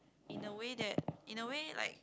in a way that in a way like